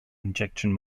injection